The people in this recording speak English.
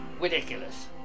ridiculous